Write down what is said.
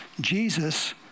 Jesus